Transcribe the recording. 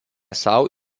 sau